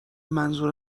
منظور